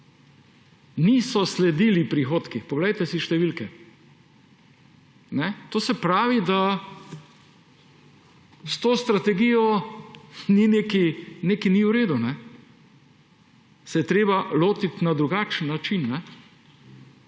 niso sledili, poglejte številke. To se pravi, da s to strategijo nekaj ni v redu, se je je treba lotiti na drugačen način.